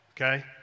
okay